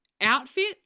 outfit